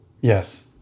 Yes